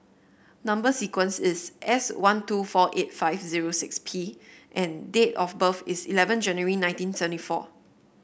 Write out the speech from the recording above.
number sequence is S one two four eight five zero six P and date of birth is eleven January nineteen seventy four